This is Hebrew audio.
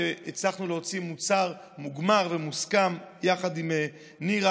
והצלחנו להוציא מוצר מוגמר ומוסכם יחד עם נירה,